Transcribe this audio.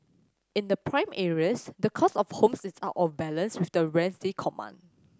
in the prime areas the cost of homes is out of balance with the rents they command